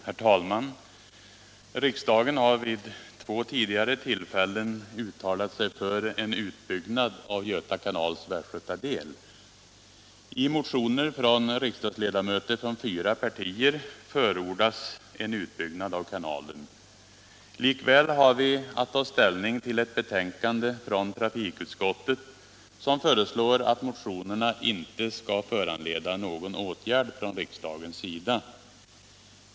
Herr talman! Riksdagen har vid två tidigare tillfällen uttalat sig för en utbyggnad av Göta kanals västgötadel. I motioner av riksdagsledamöter från fyra partier förordas en utbyggnad av kanalen. Likväl har vi att ta ställning till ett betänkande från trafikutskottet, som föreslår att motionerna inte skall föranleda någon åtgärd från riksdagens sida.